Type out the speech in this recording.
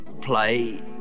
Play